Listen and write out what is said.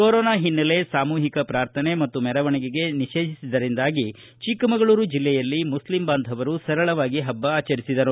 corona ಹಿನ್ನೆಲೆ ಸಾಮೂಹಿಕ ಪ್ರಾರ್ಥನೆ ಮತ್ತು ಮೆರವಣಿಗೆ ನಿಷೇಧಿಸಿದ್ದರಿಂದಾಗಿ ಚಿಕ್ಕಮಗಳೂರು ಜಿಲ್ಲೆಯಲ್ಲಿ ಮುಸ್ಲಿಂ ಬಾಂಧವರು ಸರಳವಾಗಿ ಹಬ್ಬ ಆಚರಿಸಿದರು